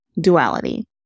duality